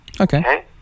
Okay